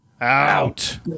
out